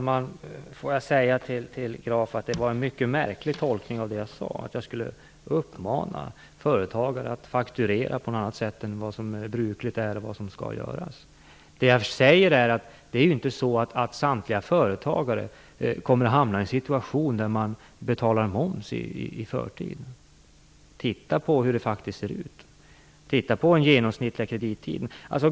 Herr talman! Det var en mycket märkligt tolkning Graf gjorde av det jag sade, att jag skulle uppmana företagare att fakturera på något annat sätt än vad som är brukligt. Det jag menar är att det inte är så att samtliga företagare kommer att hamna i en situation där man betalar moms i förtid. Titta på hur det faktiskt ser ut och på den genomsnittliga kredittiden!